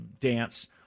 dance